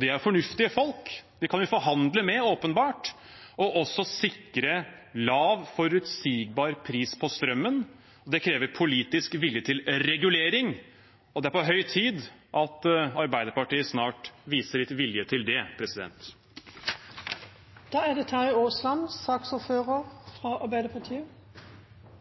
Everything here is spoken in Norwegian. det er fornuftige folk, så dem kan vi åpenbart forhandle med – og sikrer lav, forutsigbar pris på strømmen. Det krever politisk vilje til regulering, og det er på høy tid at Arbeiderpartiet snart viser litt vilje til det. Jeg kan minne representanten Moxnes om at kraftforsyningen i Norge egentlig er